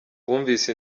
wumvise